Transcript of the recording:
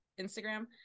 Instagram